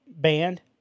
band